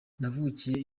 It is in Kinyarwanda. navukiye